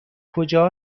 کجا